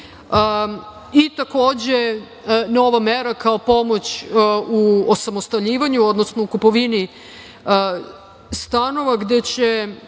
zemlju. Takođe, nova mera kao pomoć u osamostaljivanju, odnosno u kupovini stanova gde će